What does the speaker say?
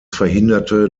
verhinderte